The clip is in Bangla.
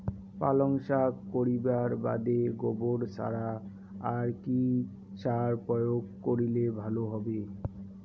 পালং শাক করিবার বাদে গোবর ছাড়া আর কি সার প্রয়োগ করিলে ভালো হবে?